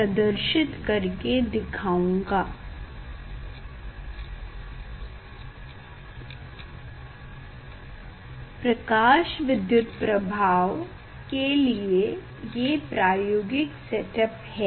प्रकाश विद्युत प्रभाव के लिए ये प्रायोगिक सेट अप है